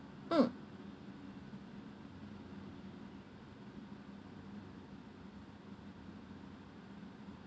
mm